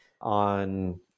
on